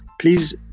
please